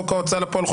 חוק ההוצאה לפועל,